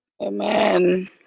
amen